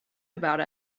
about